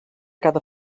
cada